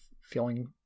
feeling